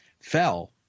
fell